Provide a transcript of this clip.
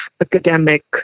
academic